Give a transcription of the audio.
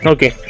Okay